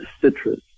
citrus